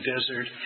desert